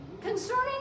concerning